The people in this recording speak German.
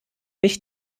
noch